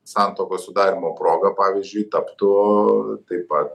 santuokos sudarymo proga pavyzdžiui taptų taip pat